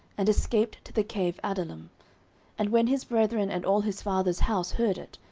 and escaped to the cave adullam and when his brethren and all his father's house heard it,